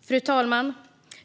Fru talman!